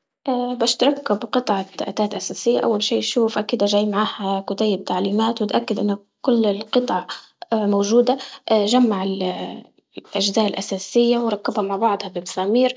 باش تركب قطعة أتات أساسية أول شي شوفها كدة جاي معاها كتيب تعليمات وتأكد إنه كل القطع موجودة، جمع ال- الأجزاء الأساسية وركبها مع بعضها بمسامير،